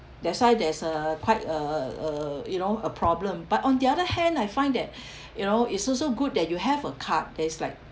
that's why there's a quite a a you know a problem but on the other hand I find that you know it's also good that you have a card that is like